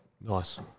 Nice